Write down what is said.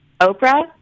Oprah